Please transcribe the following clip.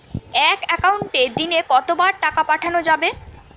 এক একাউন্টে দিনে কতবার টাকা পাঠানো যাবে?